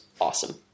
awesome